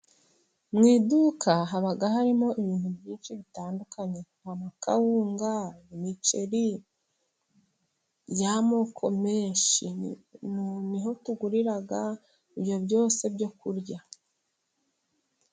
Mu iduka haba harimo ibintu byinshi bitandukanye. nk'akawunga, imiceri y'amoko menshi, niho tugurira ibintu byose byo kurya,